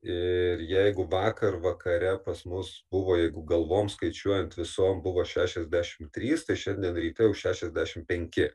ir jeigu vakar vakare pas mus buvo jeigu galvom skaičiuojant visom buvo šešiasdešim trys tai šiandien ryte jau šešiasdešim penki